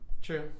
True